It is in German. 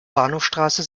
bahnhofsstraße